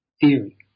theory